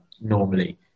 normally